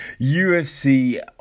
UFC